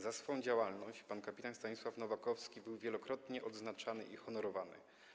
Za swą działalność pan kpt. Stanisław Nowakowski był wielokrotnie odznaczany i honorowany.